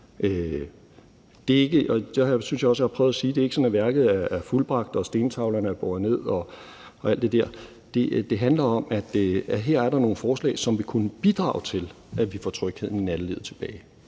at det ikke er sådan, at værket er fuldbragt og stentavlerne er båret ned og alt det der. Det handler om, at her er der nogle forslag, som vil kunne bidrage til, at vi får trygheden i nattelivet tilbage,